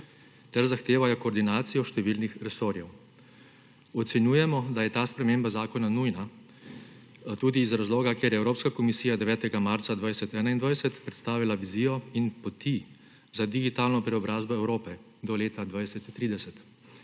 ter zahtevajo koordinacijo številnih resorjev. Ocenjujemo, da je ta sprememba zakona nujna tudi iz razloga, ker je Evropska komisija 9. marca 2021 predstavila vizijo in poti za digitalno preobrazbo Evrope do leta 2030.